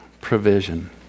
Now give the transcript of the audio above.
provision